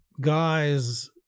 guys